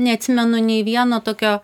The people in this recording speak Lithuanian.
neatsimenu nei vieno tokio